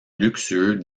luxueux